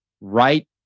right